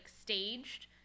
staged